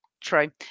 true